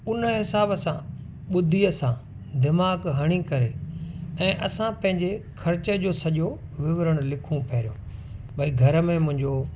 उन हिसाब सां ॿुद्धिअ सां दिमाग़ु हणी करे ऐं असां पंहिंजे ख़र्च जो सॼो विवरणु लिखूं पहिरियों भाई घर में मुंहिंजो